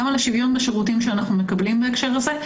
וגם על השוויון בשירותים שאנחנו מקבלים בהקשר הזה.